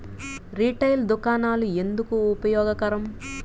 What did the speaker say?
Retail దుకాణాలు ఎందుకు ఉపయోగకరం?